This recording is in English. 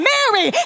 Mary